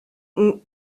ont